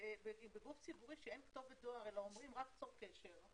בגוף ציבורי שאין כתובת דואר אלא אומרים רק "צור קשר"